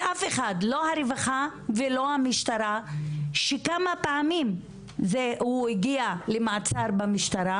ואף אחד לא אני בך ולא המשטרה שי כמה פעמים והוא הגיע למעצר במשטרה